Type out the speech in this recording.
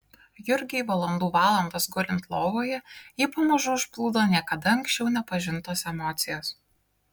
jurgiui valandų valandas gulint lovoje jį pamažu užplūdo niekada anksčiau nepažintos emocijos